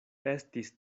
estis